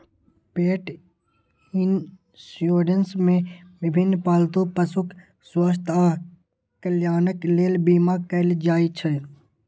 पेट इंश्योरेंस मे विभिन्न पालतू पशुक स्वास्थ्य आ कल्याणक लेल बीमा कैल जाइ छै